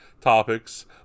topics